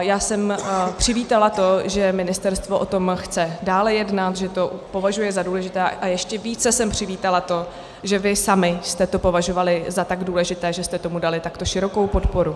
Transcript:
Já jsem přivítala to, že ministerstvo o tom chce dále jednat, že to považuje za důležité, a ještě více jsem přivítala to, že vy sami jste to považovali za tak důležité, že jste tomu dali takhle širokou podporu.